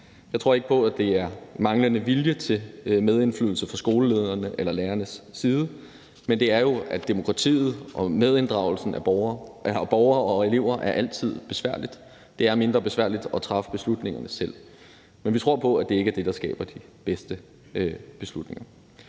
Jeg tror ikke på, at det er manglende vilje til medindflydelse fra skolelederne eller lærernes side, men det er jo, at demokratiet og medinddragelsen af borgere og af elever altid er besværligt; det er mindre besværligt at træffe beslutningerne selv. Men vi tror på, at det ikke er det, der skaber de bedste beslutninger.